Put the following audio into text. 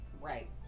Right